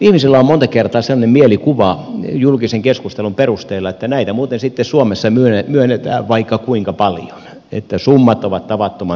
ihmisillä on monta kertaa sellainen mielikuva julkisen keskustelun perusteella että näitä muuten sitten suomessa myönnetään vaikka kuinka paljon että summat ovat tavattoman suuria